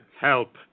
Help